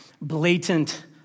blatant